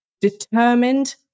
determined